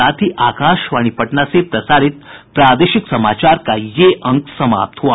इसके साथ ही आकाशवाणी पटना से प्रसारित प्रादेशिक समाचार का ये अंक समाप्त हुआ